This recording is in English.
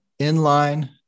inline